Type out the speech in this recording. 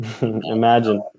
Imagine